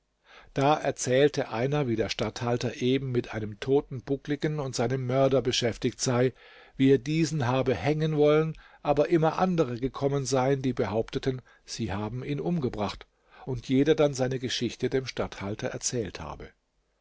da erzählte einer wie der statthalter eben mit einem toten buckligen und seinem mörder beschäftigt sei wie er diesen habe hängen wollen aber immer andere gekommen seien die behaupteten sie haben ihn umgebracht und jeder dann seine geschichte dem statthalter erzählt habe